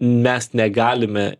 mes negalime